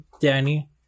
Danny